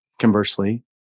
Conversely